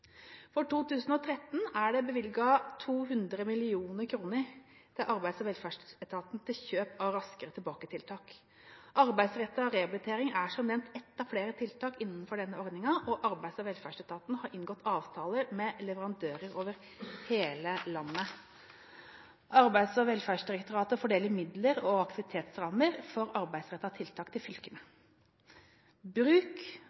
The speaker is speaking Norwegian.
til kjøp av Raskere tilbake-tiltak. Arbeidsrettet rehabilitering er som nevnt ett av flere tiltak innenfor denne ordningen, og Arbeids- og velferdsetaten har inngått avtaler med leverandører over hele landet. Arbeids- og velferdsdirektoratet fordeler midler og aktivitetsrammer for arbeidsrettede tiltak til fylkene. Bruk